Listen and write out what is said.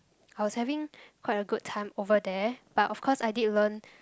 I was having quite a good time over there but of course I did learn